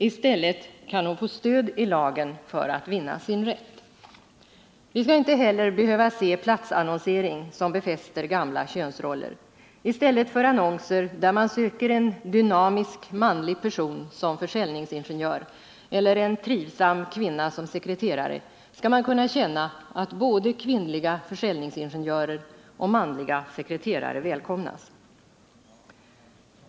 I stället kan hon få stöd i lagen för att vinna sin rätt. Vi skall inte heller behöva se platsannonsering som befäster gamla könsroller. I stället för annonser där man söker en dynamisk manlig person som försäljningsingenjör eller en trivsam kvinna som sekreterare skall man kunna känna att både kvinnliga försäljningsingenjörer och manliga sekreterare välkomnas.